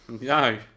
No